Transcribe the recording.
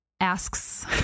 asks